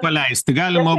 paleisti galima